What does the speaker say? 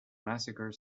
massacre